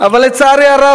אבל לצערי הרב,